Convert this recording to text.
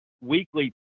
weekly